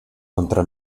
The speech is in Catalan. contra